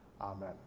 Amen